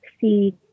see